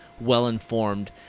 well-informed